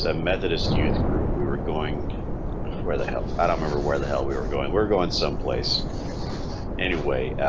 ah methodist youth group we were going where the help. i don't remember where the hell we were going we're going someplace anyway,